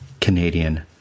canadian